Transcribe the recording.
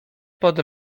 pod